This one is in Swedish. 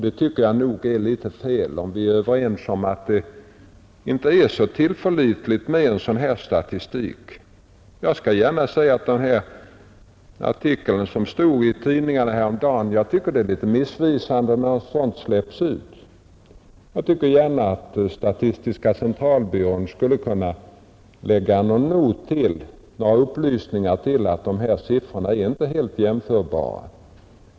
Det tycker jag nog är litet fel, om vi är överens om att det inte är så tillförlitligt med en sådan här statistik. Beträffande den artikel som stod i tidningarna häromdagen tycker jag att det är litet missvisande när sådant släpps ut. Jag tycker att statistiska centralbyrån gärna skulle kunna lägga till några upplysningar som anger att dessa siffror inte är helt jämförbara.